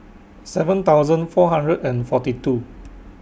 seven thousand four hundred and forty two